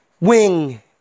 wing